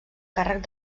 càrrec